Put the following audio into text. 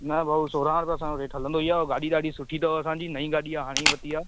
न भाउ सोरहां रुपया असांजो रेट हलंदो ई आहे गाॾी ॾाढी सुठी अथव असांजी नईं गाॾी आहे हाणे ई वरिती आहे